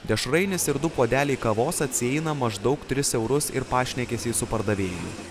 dešrainis ir du puodeliai kavos atsieina maždaug tris eurus ir pašnekesį su pardavėju